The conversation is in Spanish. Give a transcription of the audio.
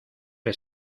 que